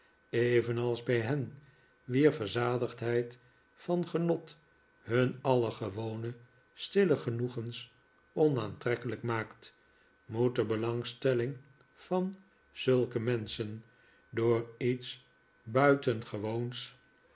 evenals bij hen wier verzadigdheid van genot hun alle gewone stille genoegens onaantrekkelijk maakt moet de belangstelling van zulke menschen door iets buitengewoons